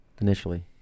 initially